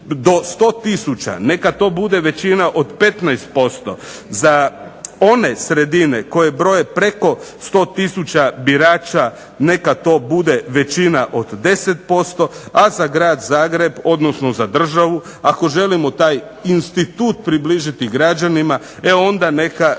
do 100000 neka to bude većina od 15%, za one sredine koje broje preko 100000 birača neka to bude većina od 10%, a za Grad Zagreb odnosno za državu ako želimo taj institut približiti građanima e onda neka za